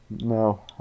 No